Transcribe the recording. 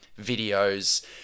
videos